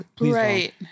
Right